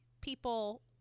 people